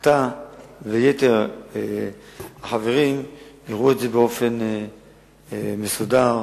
אתה ויתר החברים תראו את זה באופן מסודר,